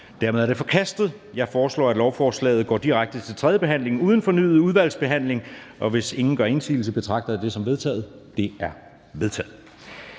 De er vedtaget. Jeg foreslår, at lovforslaget går direkte til tredje behandling uden fornyet udvalgsbehandling, og hvis ingen gør indsigelse, betragter jeg det som vedtaget. Det er vedtaget.